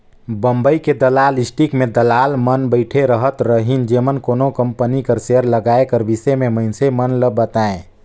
बंबई के दलाल स्टीक में दलाल मन बइठे रहत रहिन जेमन कोनो कंपनी कर सेयर लगाए कर बिसे में मइनसे मन ल बतांए